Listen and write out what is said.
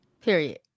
period